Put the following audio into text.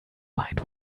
mind